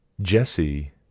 Jesse